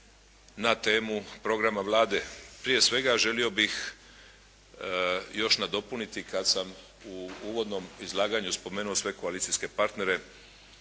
na temu programa Vlade. Prije svega, želio bih još nadopuniti kad sam u uvodnom izlaganju spomenuo svoje koalicijske partnere